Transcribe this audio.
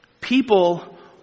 People